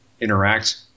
interact